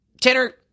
tanner